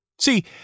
See